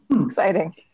Exciting